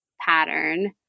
pattern